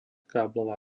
káblová